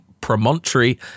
Promontory